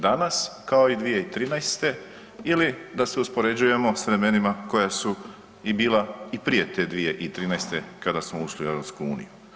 Danas, kao i 2013. ili da se uspoređujemo s vremenima koja su i bila i prije te 2013., kada smo ušli u EU.